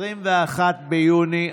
21 ביוני